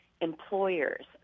employers